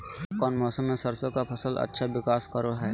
कौन मौसम मैं सरसों के फसल अच्छा विकास करो हय?